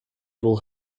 will